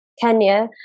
Kenya